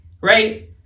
right